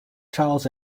charles